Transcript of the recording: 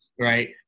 right